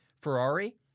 Ferrari